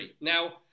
Now